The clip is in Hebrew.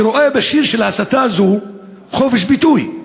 שרואה בשיר של הסתה זו חופש ביטוי.